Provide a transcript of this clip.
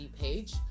page